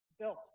built